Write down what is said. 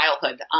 childhood